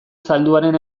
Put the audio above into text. zalduaren